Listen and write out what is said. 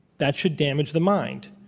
that should damage the mind.